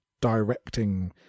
directing